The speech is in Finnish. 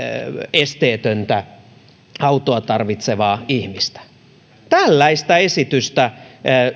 esteetöntä autoa tarvitsevaa ihmistä tällaista esitystä